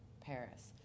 Paris